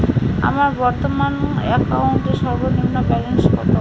আমার বর্তমান অ্যাকাউন্টের সর্বনিম্ন ব্যালেন্স কত?